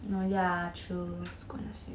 um yeah true